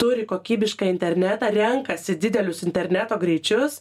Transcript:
turi kokybišką internetą renkasi didelius interneto greičius